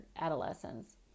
adolescents